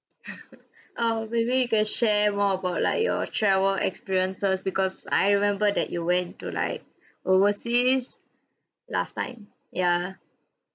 uh maybe you can share more about like your travel experiences because I remember that you went to like overseas last time ya